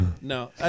No